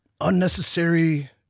unnecessary